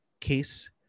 case